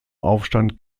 aufstand